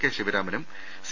K ശിവരാമനും C